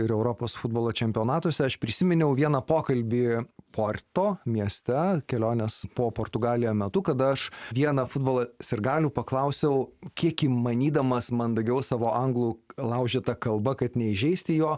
ir europos futbolo čempionatuose aš prisiminiau vieną pokalbį porto mieste kelionės po portugaliją metu kada aš vieną futbolo sirgalių paklausiau kiek įmanydamas mandagiau savo anglų laužyta kalba kad neįžeisti jo